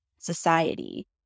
society